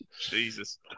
Jesus